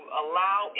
allow